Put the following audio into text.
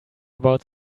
about